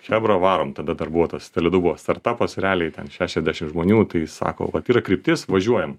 chebra varom tada dar buvo tas teledu buvo startapas realiai ten šešiasdešim žmonių tai sako vat yra kryptis važiuojam